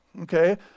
okay